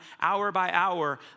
hour-by-hour